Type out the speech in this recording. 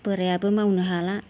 बोरायाबो मावनो हाला